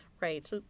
right